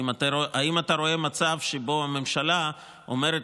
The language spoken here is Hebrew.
האם אתה רואה מצב שבו הממשלה אומרת